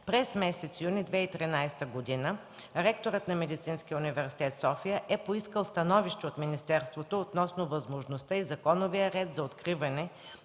През месец юни 2013 г. ректорът на Медицинския университет – София, е поискал становище от министерството относно възможността и законовия ред за откриване